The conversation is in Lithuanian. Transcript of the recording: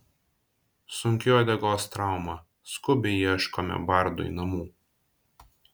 sunki uodegos trauma skubiai ieškome bardui namų